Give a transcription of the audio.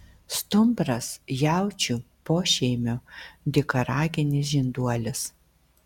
stumbras jaučių pošeimio dykaraginis žinduolis